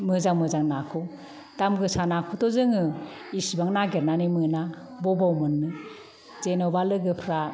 मोजां मोजां नाखौ दाम गोसा नाखौथ' जोङो इसिबां नागिरनानै मोना बबाव मोन्नो जेन'बा लोगोफ्रा